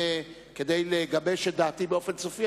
כדי לגבש את דעתי באופן סופי,